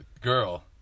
girl